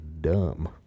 dumb